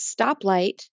stoplight